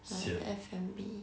sian